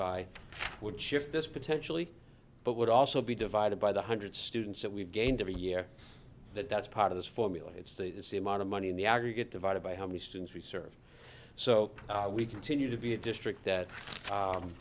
by would shift this potentially but would also be divided by the hundred students that we've gained every year that that's part of this formula it's the amount of money in the aggregate divided by how many students we serve so we continue to be a district that